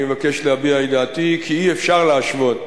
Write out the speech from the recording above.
אני מבקש להביע את דעתי כי אי-אפשר להשוות,